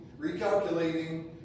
recalculating